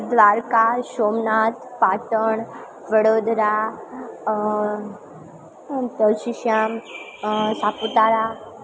Dwarka Somnath Patan Vadodara Tulsi Shyam Saputara